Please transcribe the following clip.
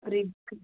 rack